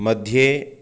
मध्ये